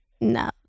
No